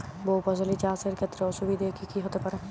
বহু ফসলী চাষ এর ক্ষেত্রে অসুবিধে কী কী হতে পারে?